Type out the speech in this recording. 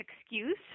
excuse